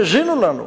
האזינו לנו.